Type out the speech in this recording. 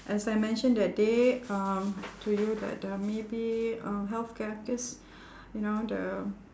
as I mention that day um to you that the maybe uh healthcare cause you know the